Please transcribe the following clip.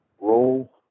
roll